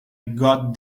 got